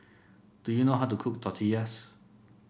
do you know how to cook Tortillas